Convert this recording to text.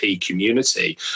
community